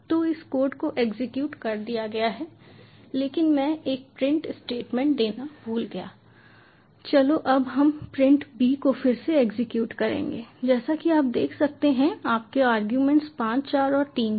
तो इस कोड को एग्जीक्यूट कर दिया गया है लेकिन मैं एक प्रिंट स्टेटमेंट देना भूल गया चलो अब हम प्रिंट बी को फिर से एग्जीक्यूट करेंगे जैसा कि आप देख सकते हैं कि आपके आरगुमेंट्स 5 4 और 3 थे